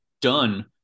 done